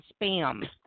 Spam